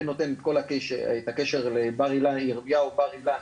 ונותן את הקשר לירמיהו, בר-אילן.